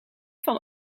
van